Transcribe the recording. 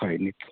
ᱦᱳᱭ ᱱᱤᱛᱳᱜ ᱫᱚ